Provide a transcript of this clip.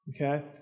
Okay